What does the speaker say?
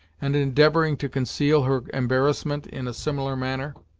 and endeavoring to conceal her embarrassment in a similar manner.